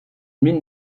mine